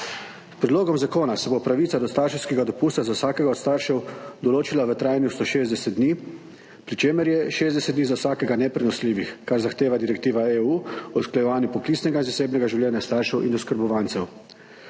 Predlogom zakona se bo določila pravica do starševskega dopusta za vsakega od staršev do 60 dni, pri čemer je za vsakega 60 dni neprenosljivih, kar zahteva direktiva EU o usklajevanju poklicnega in zasebnega življenja staršev in oskrbovancev.